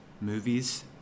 movies